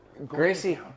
Gracie